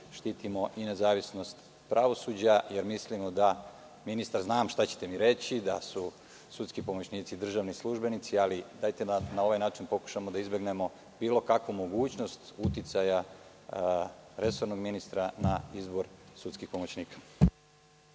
štitimo nezavisnost pravosuđa jer mislimo da, ministre znam šta ćete mi reći, su sudski pomoćnici državni službenici. Dajte bar da na ovaj način pokušamo da izbegnemo bilo kakvu mogućnost uticaja resornog ministra na izbor sudskih pomoćnika.